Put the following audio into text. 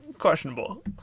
questionable